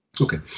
Okay